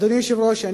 אדוני היושב-ראש,